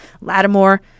Lattimore